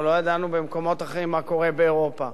ולא ידענו במקומות אחרים מה קורה באירופה.